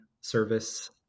service